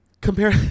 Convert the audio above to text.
compare